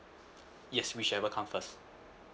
yes whichever come first